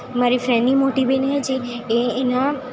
મારી ફ્રેન્ડની મોટી બેન છે જે એ એના